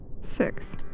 Six